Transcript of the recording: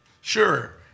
Sure